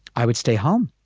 i would stay home.